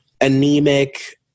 anemic